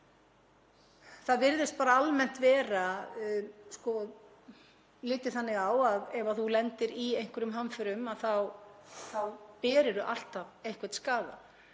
Það virðist bara almennt vera litið þannig á að ef þú lendir í einhverjum hamförum þá berirðu alltaf einhvern skaða